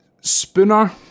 Spooner